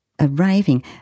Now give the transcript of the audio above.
arriving